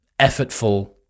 effortful